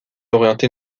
orientée